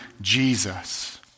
Jesus